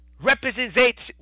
representation